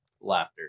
laughter